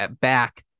back